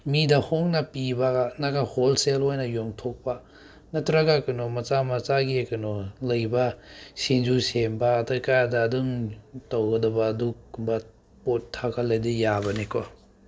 ꯃꯤꯗ ꯍꯣꯡꯅ ꯄꯤꯕ ꯍꯣꯜꯁꯦꯜ ꯑꯣꯏꯅ ꯌꯣꯟꯊꯣꯛꯄ ꯅꯠꯇ꯭ꯔꯒ ꯀꯩꯅꯣ ꯃꯁꯥ ꯃꯁꯥꯒꯤ ꯀꯩꯅꯣ ꯂꯩꯕ ꯁꯤꯡꯖꯨ ꯁꯦꯝꯕ ꯑꯇꯩ ꯈꯔꯗ ꯑꯗꯨꯝ ꯇꯧꯒꯗꯕ ꯑꯗꯨꯒꯨꯝꯕ ꯄꯣꯠ ꯊꯥꯒꯠꯂꯗꯤ ꯌꯥꯕꯅꯦꯀꯣ